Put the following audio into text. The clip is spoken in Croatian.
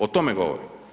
O tome govorim.